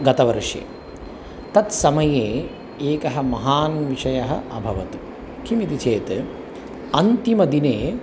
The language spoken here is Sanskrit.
गतवर्षे तत्समये एकः महान् विषयः अभवत् किमिति चेत् अन्तिमदिने